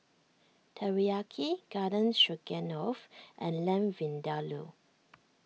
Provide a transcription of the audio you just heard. Teriyaki Garden Stroganoff and Lamb Vindaloo